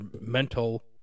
mental